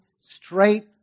straight